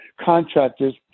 contractors